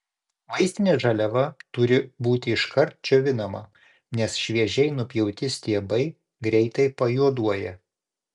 vaistinė žaliava turi būti iškart džiovinama nes šviežiai nupjauti stiebai greitai pajuoduoja